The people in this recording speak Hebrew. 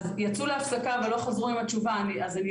אז יצאו להפסקה ולא חזרו עם התשובה,